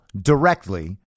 directly